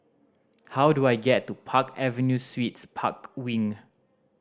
how do I get to Park Avenue Suites Park Wing